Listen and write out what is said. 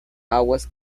aguas